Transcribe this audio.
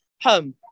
home